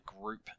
group